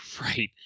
right